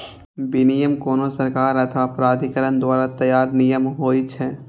विनियम कोनो सरकार अथवा प्राधिकरण द्वारा तैयार नियम होइ छै